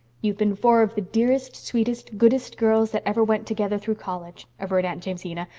you've been four of the dearest, sweetest, goodest girls that ever went together through college, averred aunt jamesina,